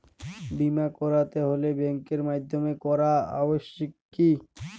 বিমা করাতে হলে ব্যাঙ্কের মাধ্যমে করা আবশ্যিক কি?